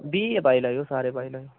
बीह् गै पाई लैएओ सारे पाई लैएओ